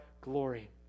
glory